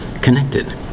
Connected